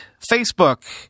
Facebook